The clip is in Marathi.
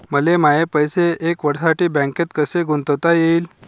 मले माये पैसे एक वर्षासाठी बँकेत कसे गुंतवता येईन?